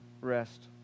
rest